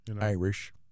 Irish